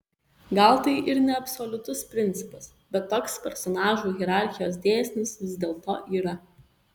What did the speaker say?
gal tai ir neabsoliutus principas bet toks personažų hierarchijos dėsnis vis dėlto yra